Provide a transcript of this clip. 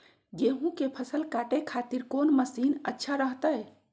गेहूं के फसल काटे खातिर कौन मसीन अच्छा रहतय?